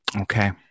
Okay